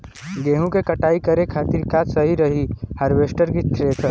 गेहूँ के कटाई करे खातिर का सही रही हार्वेस्टर की थ्रेशर?